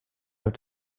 have